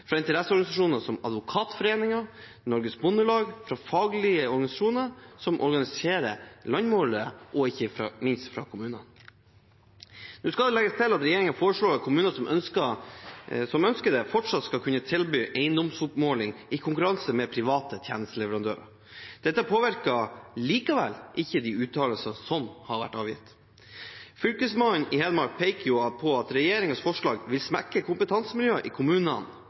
fra faglige instanser som jordskifterettene, fra interesseorganisasjoner som Advokatforeningen og Norges Bondelag, fra faglige organisasjoner som organiserer landmålere og ikke minst fra kommunene. Nå skal det legges til at regjeringen foreslår at kommuner som ønsker det, fortsatt skal kunne tilby eiendomsoppmåling i konkurranse med private tjenesteleverandører. Dette påvirker likevel ikke uttalelsene som er avgitt. Fylkesmannen i Hedmark peker på at regjeringens forslag vil svekke kompetansemiljøene i kommunene,